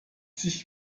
sich